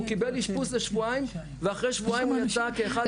הוא קיבל אשפוז לשבועיים ואחרי שבועיים הוא יצא כאחד.